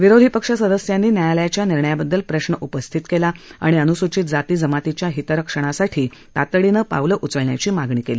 विरोधीपक्ष सदस्यांनी न्यायालयाच्या निर्णयाबद्दल प्रश्र उपस्थित केला आणि अनुसूचित जाती जमातीच्या हितरक्षणासाठी तातडीनं पावलं उचलण्याची मागणी केली